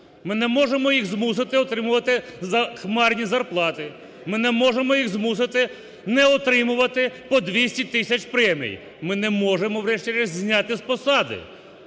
Ми не можемо їх змусити отримувати захмарні зарплати. Ми не можемо їх змусити не отримувати по 200 тисяч премій. Ми не можемо врешті-решт зняти з посади.